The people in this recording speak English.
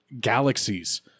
galaxies